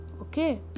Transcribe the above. Okay